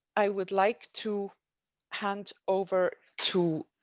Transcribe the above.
i would like to hand over to.